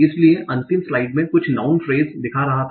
इसलिए अंतिम स्लाइड मैं कुछ नाउँन फ्रेस दिखा रहा था